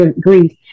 grief